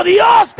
Dios